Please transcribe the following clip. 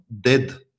dead